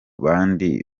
bandi